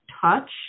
touch